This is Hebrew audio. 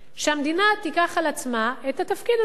שהמדינה תיקח על עצמה את התפקיד הזה,